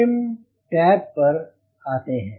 trim तब पर आते हैं